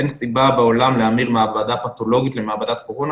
אין סיבה בעולם להמיר מעבדה פתולוגית למעבדת קורונה.